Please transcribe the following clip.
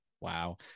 wow